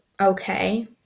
okay